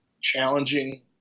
challenging